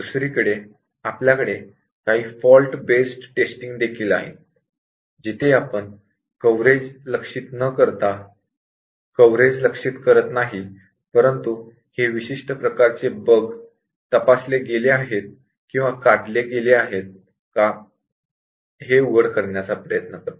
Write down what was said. दुसरीकडे आपल्याकडे काही फॉल्ट बेस्ड टेस्टींग देखील आहेत जिथे आपण कव्हरेज लक्ष्यित करीत नाही परंतु हे विशिष्ट प्रकारचे बग तपासले गेले आहेत किंवा काढले गेले आहेत का हे उघड करण्याचा प्रयत्न करते